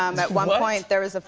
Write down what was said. um at one point, there was ah